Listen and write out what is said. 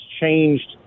changed –